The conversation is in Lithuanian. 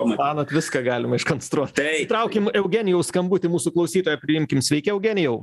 o manot viską galima iškonstruot traukim eugenijaus skambutį mūsų klausytoją priimkim sveiki eugenijau